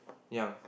young